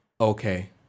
Okay